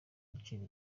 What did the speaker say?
gaciro